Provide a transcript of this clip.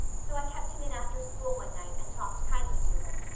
so i kept him in after school one night and talked kindly to him.